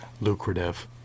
lucrative